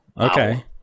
Okay